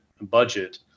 budget